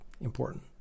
important